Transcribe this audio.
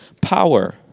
power